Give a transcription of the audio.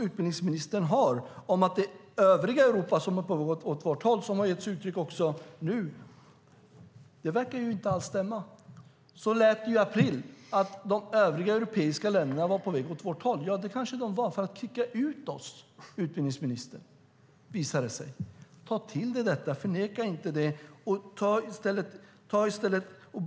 Utbildningsministerns uppfattning att övriga Europa går åt vårt håll, som han också gett uttryck för nu, verkar inte alls stämma. Så lät det i april, att de övriga europeiska länderna var på väg åt vårt håll. Ja, det kanske de var men för att kicka ut oss, utbildningsministern, visade det sig. Ta till dig detta och förneka det inte!